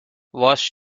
was